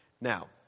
Now